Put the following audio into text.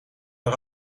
een